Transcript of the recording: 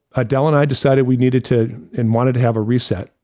adele and i decided we needed to and wanted to have a reset,